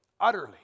utterly